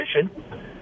position